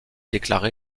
déclaré